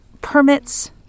permits